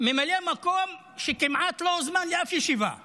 ממלא מקום שלא הוזמן לאף ישיבה כמעט.